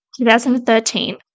2013